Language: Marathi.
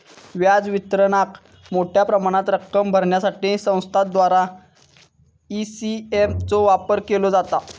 व्याज वितरणाक मोठ्या प्रमाणात रक्कम भरण्यासाठी संस्थांद्वारा ई.सी.एस चो वापर केलो जाता